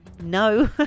No